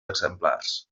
exemplars